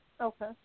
Okay